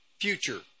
future